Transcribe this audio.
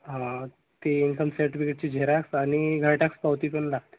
हा ते इन्कम सर्टिफिकेटची झेराक्स आणि घर टॅक्स पावती पण लागते